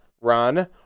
run